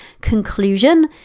conclusion